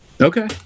Okay